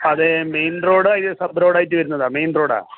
അതെ main road ഇത് sub റോഡായിട്ട് വരുന്നതാണോ മെയിൻ റോഡാണ്